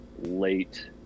late